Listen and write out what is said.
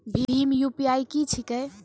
भीम UPI की छीके?